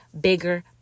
bigger